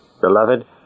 Beloved